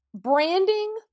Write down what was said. branding